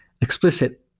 explicit